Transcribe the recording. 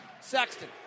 Sexton